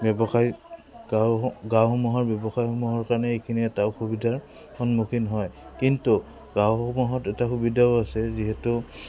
ব্যৱসায়ী গাঁও গাঁওসমূহৰ ব্যৱসায়সমূহৰ কাৰণে এইখিনি এটা অসুবিধাৰ সন্মুখীন হয় কিন্তু গাঁওসমূহত এটা সুবিধাও আছে যিহেতু